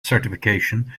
certification